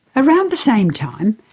around the same time,